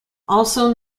also